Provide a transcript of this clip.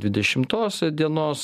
dvidešimtos dienos